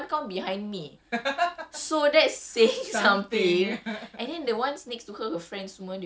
ya only the person in front of me was dancing correctly behind me she's she's one count behind me